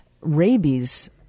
rabies